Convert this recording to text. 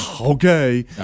okay